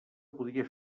podia